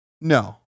No